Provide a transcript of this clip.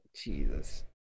jesus